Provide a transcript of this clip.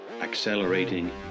accelerating